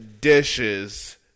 Dishes